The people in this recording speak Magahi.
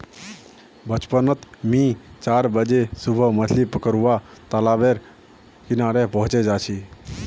बचपन नोत मि चार बजे सुबह मछली पकरुवा तालाब बेर किनारे पहुचे जा छी